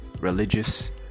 religious